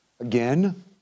Again